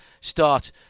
start